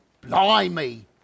Blimey